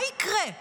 מה יקרה?